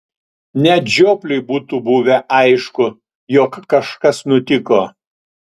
net žiopliui būtų buvę aišku jog kažkas nutiko